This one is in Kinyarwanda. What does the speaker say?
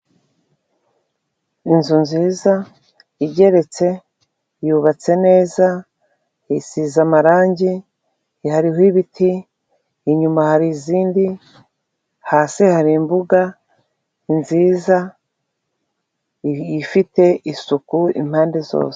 Inzu nziza igeretse, yubatse neza, isize amarangi, hariho ibiti, inyuma hari izindi, hasi hari imbuga nziza, ifite isuku i mpande zose.